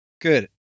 Good